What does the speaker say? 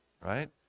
right